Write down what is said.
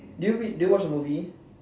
do you read do you watch the movie